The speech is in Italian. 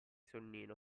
sonnino